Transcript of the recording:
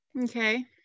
okay